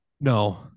No